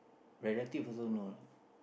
relative also no lah